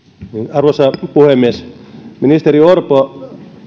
arvoisa puhemies ministeri orpo